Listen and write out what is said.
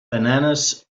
bananas